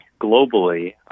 globally